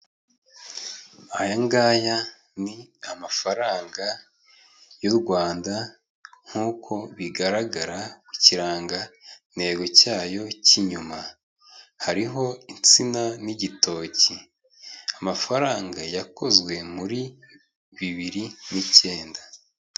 Aya ngaya ni amafaranga y'u Rwanda, nk'uko bigaragara ku kirangantego cyayo cy'inyuma. Hariho insina n'igitoki. Amafaranga yakozwe muri bibiri n'icyenda.